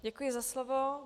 Děkuji za slovo.